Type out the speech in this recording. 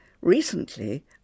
Recently